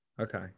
okay